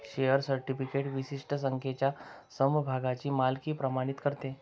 share certificate विशिष्ट संख्येच्या समभागांची मालकी प्रमाणित करते